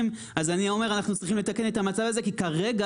אז אני אומר שאנחנו צריכים לתקן את המצב הזה כי כרגע